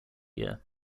year